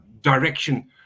direction